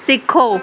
सिखो